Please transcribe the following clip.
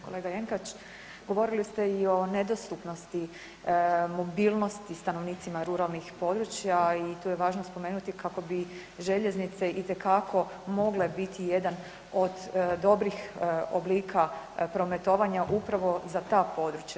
Kolega Jenkač govorili ste i o nedostupnosti mobilnosti stanovnicima ruralnih područja i tu je važno spomenuti kako bi željeznice itekako mogle biti jedan od dobrih oblika prometovanja upravo za ta područja.